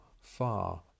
far